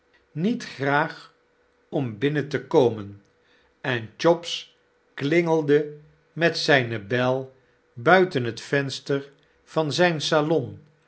niet graag om binnen te komen en chops klingelde met zyne bel buiten het een huis te huur venster van zyn salon